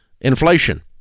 inflation